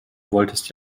wolltest